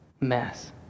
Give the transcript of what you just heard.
mess